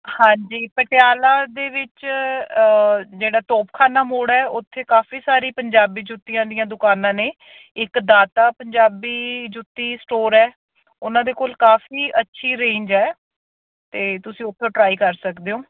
ਹਾਂਜੀ ਪਟਿਆਲਾ ਦੇ ਵਿੱਚ ਜਿਹੜਾ ਤੋਪਖਾਨਾ ਮੋੜ ਹੈ ਉੱਥੇ ਕਾਫੀ ਸਾਰੀ ਪੰਜਾਬੀ ਜੁੱਤੀਆਂ ਦੀਆਂ ਦੁਕਾਨਾਂ ਨੇ ਇੱਕ ਦਾਤਾ ਪੰਜਾਬੀ ਜੁੱਤੀ ਸਟੋਰ ਹੈ ਉਹਨਾਂ ਦੇ ਕੋਲ ਕਾਫੀ ਅੱਛੀ ਰੇਂਜ ਹੈ ਅਤੇ ਤੁਸੀਂ ਉੱਥੋਂ ਟਰਾਈ ਕਰ ਸਕਦੇ ਓਂ